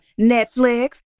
netflix